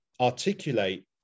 articulate